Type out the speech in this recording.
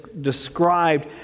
described